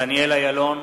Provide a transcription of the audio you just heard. דניאל אילון,